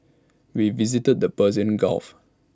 we visited the Persian gulf